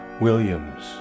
Williams